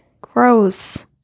Gross